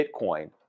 Bitcoin